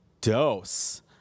dose